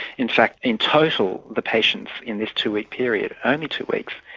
in fact in total the patients in this two-week period, only two weeks,